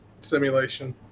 Simulation